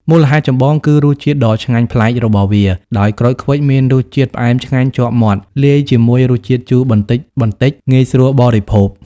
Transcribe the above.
មូលហេតុចម្បង គឺ រសជាតិដ៏ឆ្ងាញ់ប្លែក របស់វា ដោយក្រូចឃ្វិចមានរសជាតិផ្អែមឆ្ងាញ់ជាប់មាត់ លាយជាមួយរសជាតិជូរបន្តិចៗ ងាយស្រួលបរិភោគ។